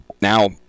Now